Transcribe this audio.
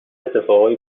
اتفاقای